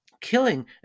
killing